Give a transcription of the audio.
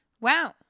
Wow